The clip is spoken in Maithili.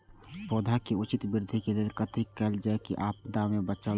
पौधा के उचित वृद्धि के लेल कथि कायल जाओ की आपदा में बचल रहे?